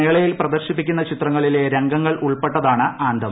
മേളയിൽ പ്രദർശിപ്പിക്കുന്ന ചിത്രങ്ങളിലെ രംഗങ്ങൾ ഉൾപ്പെട്ടതാണ് ആന്തെം